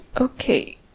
Okay